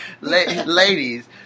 ladies